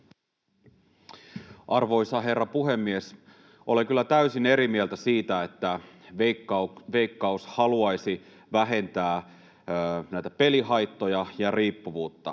Arvoisa herra puhemies! Olen kyllä täysin eri mieltä siitä, että Veikkaus haluaisi vähentää pelihaittoja ja ‑riippuvuutta.